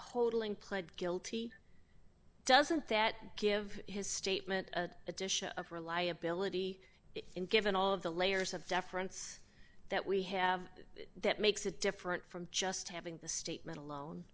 holding pled guilty doesn't that give his statement addition of reliability in given all of the layers of deference that we have that makes it different from just having the statement alone